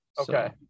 Okay